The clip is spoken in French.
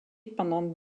pendant